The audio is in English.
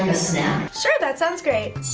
snack? sure that sounds great